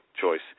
choice